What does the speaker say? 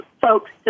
folks